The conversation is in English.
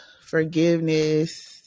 forgiveness